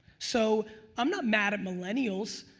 so i'm not mad at millennials,